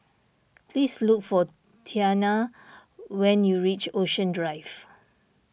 please look for Tianna when you reach Ocean Drive